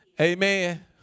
Amen